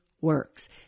works